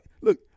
Look